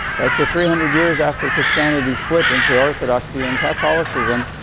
right. so, three hundred years after christianity spilt into orthodoxy and catholicism,